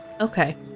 Okay